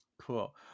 cool